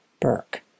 Burke